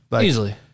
Easily